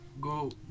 Go